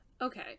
Okay